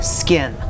skin